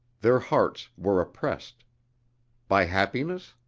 their hearts were oppressed by happiness?